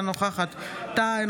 אינה נוכחת ווליד טאהא,